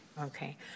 okay